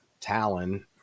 talon